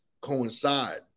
coincide